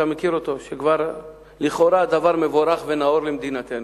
אתה מכיר אותו, לכאורה דבר מבורך ונאור למדינתנו.